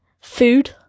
food